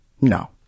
no